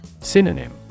Synonym